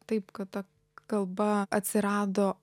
taip kad ta kalba atsirado